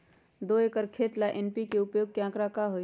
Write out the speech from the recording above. दो एकर खेत ला एन.पी.के उपयोग के का आंकड़ा होई?